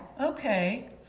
Okay